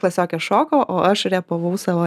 klasiokė šoko o aš repavau savo